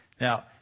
Now